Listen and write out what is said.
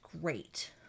great